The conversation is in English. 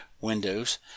Windows